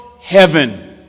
Heaven